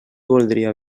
voldria